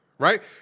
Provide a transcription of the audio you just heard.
Right